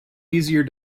easier